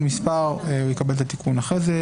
"הצעת חוק ההוצאה לפועל (תיקון מס')" הוא יקבל את התיקון אחרי זה.